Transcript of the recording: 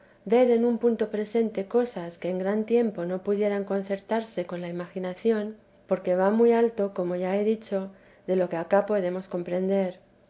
ver en un punto presente cosas que en gran tiempo no pudieran concertarse con la imaginación porque va muy alto como ya he dicho de lo que acá podemos comprender